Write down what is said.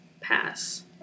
Pass